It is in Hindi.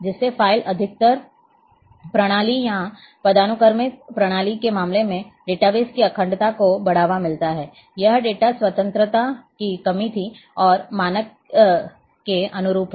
जिससे फ़ाइल आधारित प्रणाली या पदानुक्रमित प्रणाली के मामले में डेटाबेस की अखंडता को बढ़ावा मिलता है यह डेटा स्वतंत्रता की कमी थी और मानक के अनुरूप है